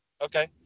Okay